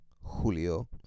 Julio